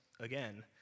Again